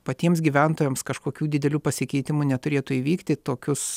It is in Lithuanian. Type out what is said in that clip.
patiems gyventojams kažkokių didelių pasikeitimų neturėtų įvykti tokius